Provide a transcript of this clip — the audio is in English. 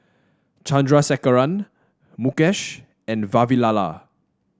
Chandrasekaran Mukesh and Vavilala